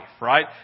right